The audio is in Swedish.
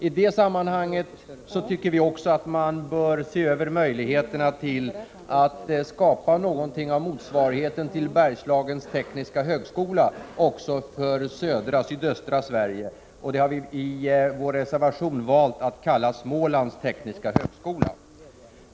I det sammanhanget tycker vi också att man bör se över möjligheterna att för den södra delen av Sverige skapa en motsvarighet till projektet Bergslagens tekniska högskola. Vi har i vår reservation valt att kalla detta projekt Smålands tekniska högskola.